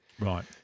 Right